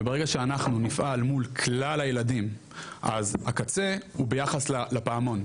וברגע שאנחנו נפעל מול כלל הילדים אז הקצה הוא ביחס לפעמון.